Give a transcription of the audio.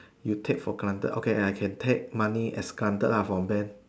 you take for granted okay I can take money as granted ah from bank